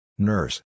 Nurse